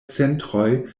centroj